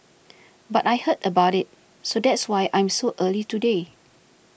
but I heard about it so that's why I'm so early today